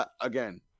again